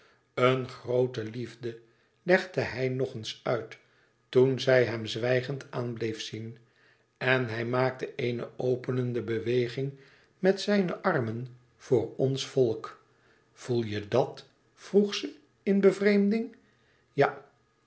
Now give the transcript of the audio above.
een groote liefde legde hij nog eens uit toen zij hem zwijgend aan bleef zien en hij maakte eene openende beweging met zijne armen voor ons volk voel je dàt vroeg ze in bevreemding ja